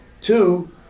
Two